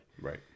Right